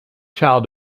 child